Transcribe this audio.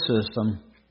system